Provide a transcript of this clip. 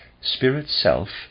Spirit-self